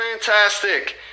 fantastic